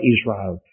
Israel